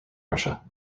russia